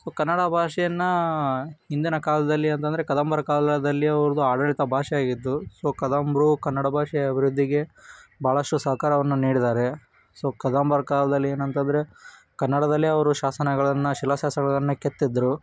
so Kannada ಭಾಷೆಯನ್ನು ಹಿಂದನ ಕಾಲದಲ್ಲಿ ಅಂತಂದರೆ ಕದಂಬರ ಕಾಲದಲ್ಲಿ ಅವ್ರದ್ದು ಆಡಳಿತ ಭಾಷೆಯಾಗಿತ್ತು ಸೊ ಕದಂಬರು ಕನ್ನಡ ಭಾಷೆಯ ಅಭಿವೃದ್ಧಿಗೆ ಭಾಳಷ್ಟು ಸಹಕಾರವನ್ನ ನೀಡಿದ್ದಾರೆ ಸೊ ಕದಂಬರ ಕಾಲ್ದಲ್ಲಿ ಏನಂತಂದರೆ ಕನ್ನಡದಲ್ಲೇ ಅವರು ಶಾಸನಗಳನ್ನು ಶಿಲಾ ಶಾಸನಗಳನ್ನು ಕೆತ್ತಿದ್ದರು